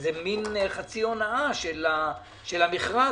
זה מן חצי הונאה של המכרז,